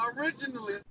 originally